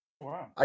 Wow